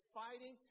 fighting